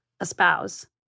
espouse